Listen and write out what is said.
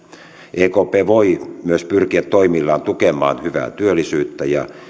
ekp voi myös pyrkiä toimillaan tukemaan hyvää työllisyyttä ja